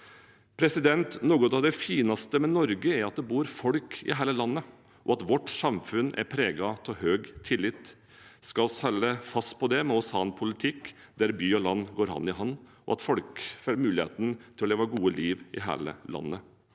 områdesatsingen. Noe av det fineste med Norge er at det bor folk i hele landet, og at vårt samfunn er preget av høy tillit. Skal vi holde fast på det, må vi ha en politikk der by og land går hand i hand, og at folk får muligheten til å leve et godt